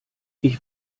ich